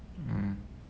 mm